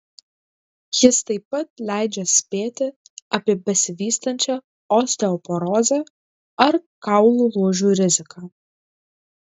jis taip pat leidžia spėti apie besivystančią osteoporozę ar kaulų lūžių riziką